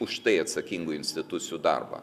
už tai atsakingų institucijų darbą